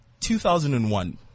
2001